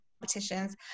competitions